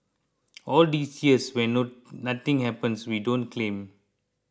all these years when no nothing happens we don't claim